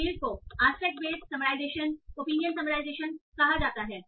इस फील्ड को aspect based summarization opinion summarization कहा जाता है